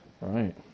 right